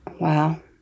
Wow